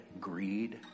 greed